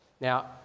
Now